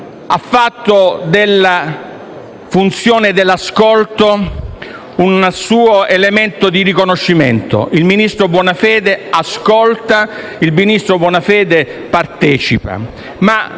ha fatto della funzione dell'ascolto un suo elemento di riconoscimento: il ministro Bonafede ascolta, il ministro Bonafede partecipa.